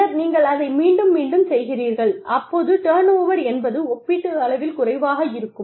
பின்னர் நீங்கள் அதை மீண்டும் மீண்டும் செய்கிறீர்கள் அப்போது டர்ன்ஓவர் என்பது ஒப்பீட்டளவில் குறைவாக இருக்கும்